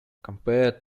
compared